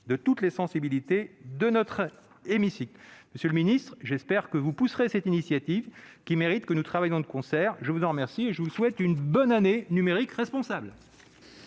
de toutes les sensibilités de notre hémicycle. Monsieur le secrétaire d'État, j'espère que vous pousserez cette initiative, qui mérite que nous travaillions de concert. Je vous souhaite à tous une bonne année numérique responsable